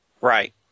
Right